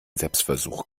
selbstversuch